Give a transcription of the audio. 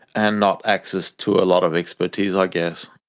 and not access to a lot of expertise, i guess.